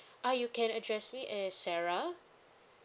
ah you can address me as sarah